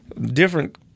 different